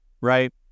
right